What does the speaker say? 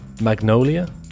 magnolia